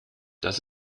das